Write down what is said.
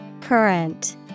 Current